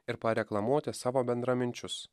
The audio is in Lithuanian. ir pareklamuoti savo bendraminčius